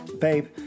babe